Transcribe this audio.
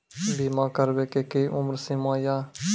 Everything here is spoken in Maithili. बीमा करबे के कि उम्र सीमा या?